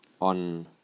on